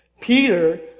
Peter